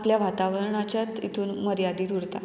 आपल्या वातावरणाच्याच हितून मर्यादीत उरता